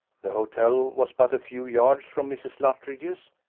the hotel was but a few yards from mrs. luttridge's.